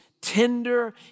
Tender